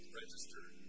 registered